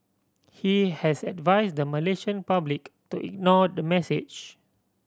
he has advise the Malaysian public to ignore the message